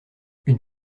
une